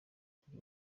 kuri